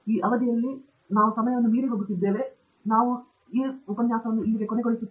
professor Andrew Thangaraj ಹೌದು ಸರಿ